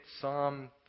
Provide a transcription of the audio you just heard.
Psalm